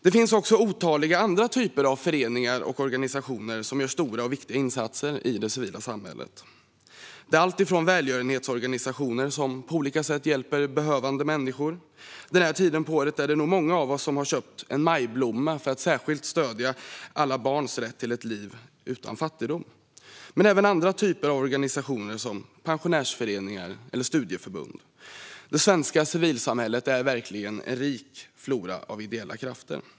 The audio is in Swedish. Det finns också otaliga andra typer av föreningar och organisationer som gör stora och viktiga insatser i det civila samhället. Det handlar om bland annat välgörenhetsorganisationer, som på olika sätt hjälper behövande människor. Vid den här tiden av året är det nog många av oss som har köpt en majblomma för att särskilt stödja alla barns rätt till ett liv utan fattigdom. Det handlar även om andra slags organisationer såsom pensionärsföreningar eller studieförbund. Det svenska civilsamhället är verkligen en rik flora av ideella krafter.